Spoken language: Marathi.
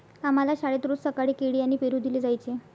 आम्हाला शाळेत रोज सकाळी केळी आणि पेरू दिले जायचे